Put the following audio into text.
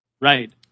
Right